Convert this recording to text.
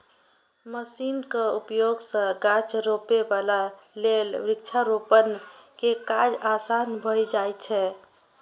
मशीनक उपयोग सं गाछ रोपै बला लेल वृक्षारोपण के काज आसान भए जाइ छै